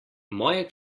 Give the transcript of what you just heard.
moje